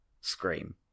scream